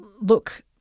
look